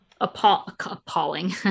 appalling